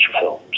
films